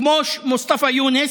כמו מוסטפא יונס,